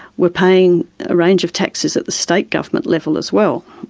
were paying a range of taxes at the state government level as well.